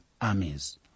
armies